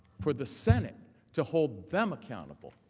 for the senate to hold them accountable.